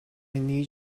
need